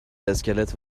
اسکلت